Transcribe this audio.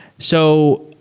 so,